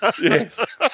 Yes